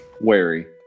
Wary